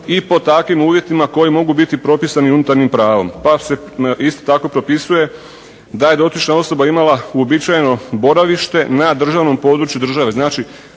i pod takvim uvjetima koji mogu biti propisani unutarnjim pravom. Pa se isto tako propisuje da je dotična osoba imala uobičajeno boravište na državnom području države.